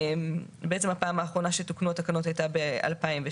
בעצם הפעם האחרונה שתוקנו התקנות הייתה ב-2016.